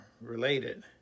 related